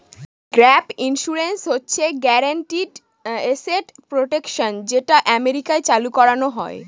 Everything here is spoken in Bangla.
গ্যাপ ইন্সুরেন্স হচ্ছে গ্যারান্টিড এসেট প্রটেকশন যেটা আমেরিকায় চালু করানো হয়